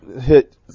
hit